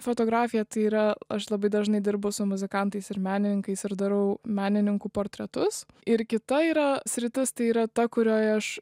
fotografija tai yra aš labai dažnai dirbu su muzikantais ir menininkais ir darau menininkų portretus ir kita yra sritis tai yra ta kurioj aš